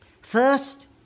First